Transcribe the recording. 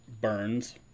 burns